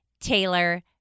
Taylor